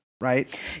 right